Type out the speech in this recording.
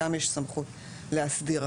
גם יש סמכות להסדיר,